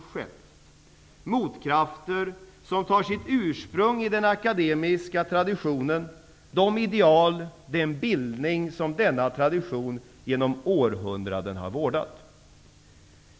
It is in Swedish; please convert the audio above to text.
Dessa motkrafter har sitt ursprung i den akademiska traditionen, i de ideal och i den bildning som denna tradition genom århundraden har vårdat.